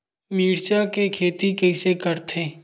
मिरचा के खेती कइसे करथे?